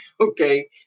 okay